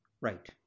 Right